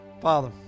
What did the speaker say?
Father